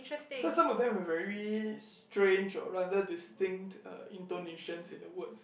cause some of them are very strange or rather distinct uh intonations in the words